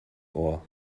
ohr